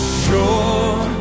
sure